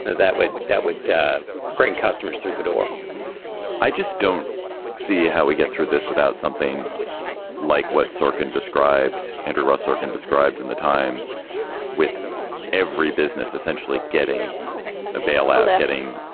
ah that would that would bring customers through the door i just don't see how we get through this without something like what sorkin described andrew ross sorkin described in the times with every business essentially getting a bailout, getting